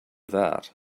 that